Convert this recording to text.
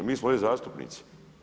Mi smo ovdje zastupnici.